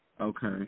Okay